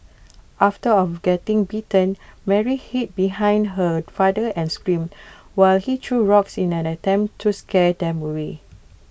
after of getting bitten Mary hid behind her father and screamed while he threw rocks in an attempt to scare them away